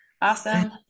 Awesome